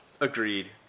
Agreed